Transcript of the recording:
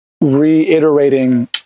reiterating